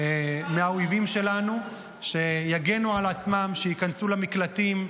מהאויבים שלנו, שיגנו על עצמם, שייכנסו למקלטים,